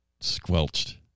squelched